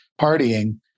partying